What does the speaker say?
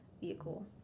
vehicle